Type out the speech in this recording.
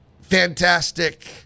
fantastic